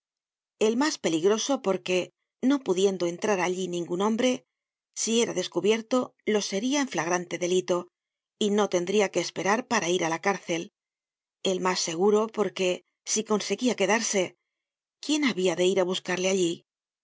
el mas peligroso porque no pudiendo entrar allí ningun hombre si era descubierto lo seria en flagrante delito y no tendría que esperar para ir á la cárcel el mas seguro porque si conseguía quedarse quién habia de ir á buscarle allí